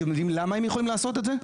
אתם יודעים למה הם יכולים לעשות את זה?